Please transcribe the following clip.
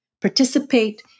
participate